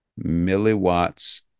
milliwatts